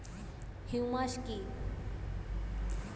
Humus কি?